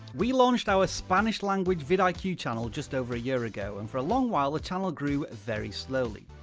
we launched our spanish language vidiq like yeah channel just over a year ago, and for a long while the channel grew very slowly.